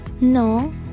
No